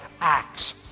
Acts